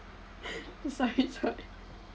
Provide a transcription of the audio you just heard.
sorry sorry